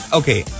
okay